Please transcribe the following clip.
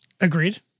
Agreed